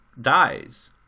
dies